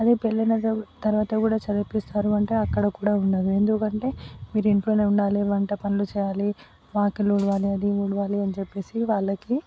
అదే పెళ్ళి అయిన తరవాత కూడా చదివిపిస్తారు అంటే అక్కడ కూడా ఉండదు ఎందుకంటే మీరు ఇంట్లోనే ఉండాలి వంట పనులు చేయాలి వాకిలి ఊడవాలి అది ఊడవాలి అని చెప్పేసి వాళ్ళకి